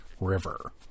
river